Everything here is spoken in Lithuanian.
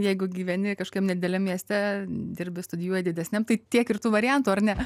jeigu gyveni kažkokiam nedideliam mieste dirbi studijuoji didesniam tai tiek ir tų variantų ar ne